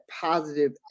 positive